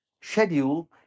schedule